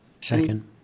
Second